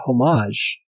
homage